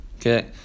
Okay